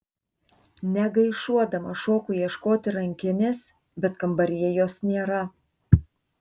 negaišuodama šoku ieškoti rankinės bet kambaryje jos nėra